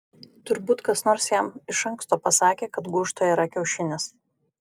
turbūt kas nors jam iš anksto pasakė kad gūžtoje yra kiaušinis